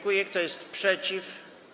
Kto jest przeciw?